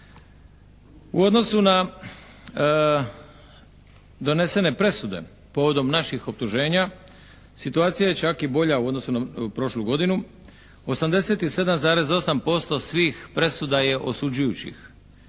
U odnosu na donesene presude povodom naših optuženja situacija je čak i bolja u odnosu na prošlu godinu. 87,8% svih presuda je osuđujućih.